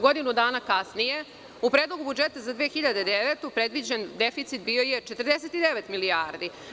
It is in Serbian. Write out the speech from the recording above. Godinu dana kasnije u Predlogu budžeta za 2009. godinu predviđen deficit bio je 49 milijardi.